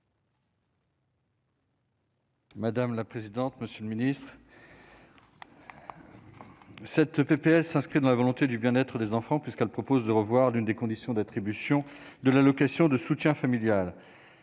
Madame la présidente, monsieur le Ministre. Cette PPL s'inscrit dans la volonté du bien-être des enfants puisqu'elle propose de revoir d'une des conditions d'attribution de l'allocation de soutien familial,